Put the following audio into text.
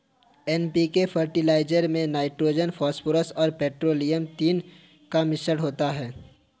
NPK fertiliser में nitrogen, phosphorus और potassium तीनों का मिश्रण होता है